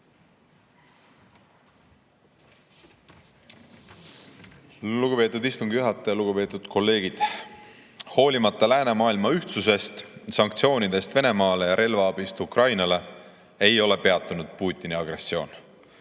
Lugupeetud istungi juhataja! Lugupeetud kolleegid! Hoolimata läänemaailma ühtsusest, sanktsioonidest Venemaale ja relvaabist Ukrainale, ei ole Putini agressioon